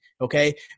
Okay